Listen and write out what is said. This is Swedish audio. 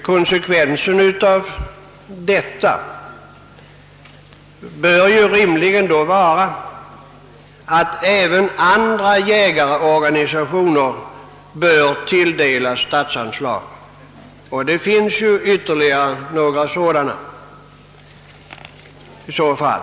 Konsekvensen härav blir rimligen att även andra jägarorganisationer bör tilldelas statsanslag — det finns ju ytterligare några sådana organisationer.